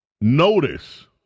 notice